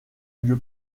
lieu